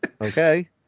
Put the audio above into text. Okay